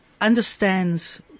understands